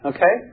Okay